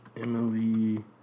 Emily